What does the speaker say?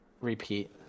repeat